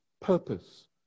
purpose